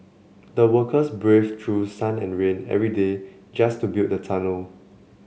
the workers braved through sun and rain every day just to build the tunnel